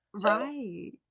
Right